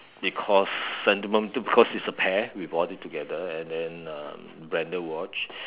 because sentiment because is a pair we bought it together and then um branded watch